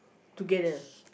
together